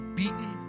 beaten